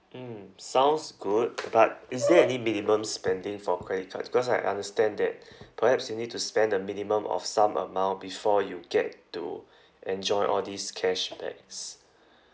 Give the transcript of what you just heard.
mm sounds good but is there any minimum spending for credit card because I understand that perhaps you need to spend a minimum of some amount before you get to enjoy all these cashbacks